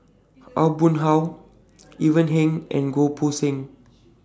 Aw Boon Haw Ivan Heng and Goh Poh Seng